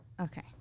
Okay